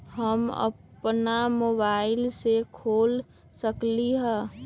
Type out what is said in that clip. हम अपना मोबाइल से खोल सकली ह?